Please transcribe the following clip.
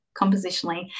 compositionally